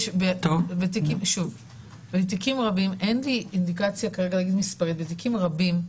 בתיקים רבים אין לי כרגע אינדיקציה מספרית בתיקים רבים,